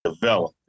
develop